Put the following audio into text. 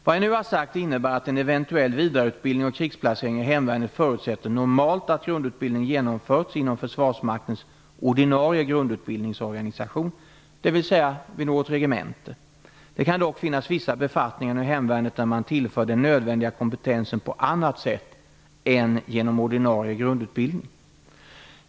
Vad jag nu har sagt innebär att en eventuell vi dareutbildning och krigsplacering i hemvärnet förutsätter normalt att grundutbildning genom förts inom försvarsmaktens ordinarie grundut bildningsorganisation, dvs. vid något regemente. Det kan dock finnas vissa befattningar inom hem värnet där man tillför den nödvändiga kompeten sen på annat sätt än genom ordinarie grundutbild ning.